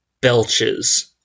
belches